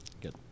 Good